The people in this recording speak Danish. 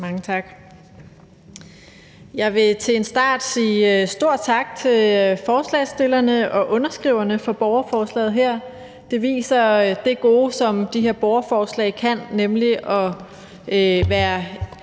Mange tak. Jeg vil til en start sige stor tak til forslagsstillerne og underskriverne på borgerforslaget her. Det viser det gode, som de her borgerforslag kan, nemlig at være